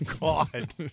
God